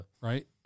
Right